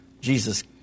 Jesus